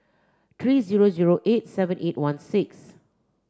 three zero zero eight seven eight one six